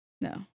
No